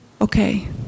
okay